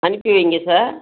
அனுப்பி வைங்க சார்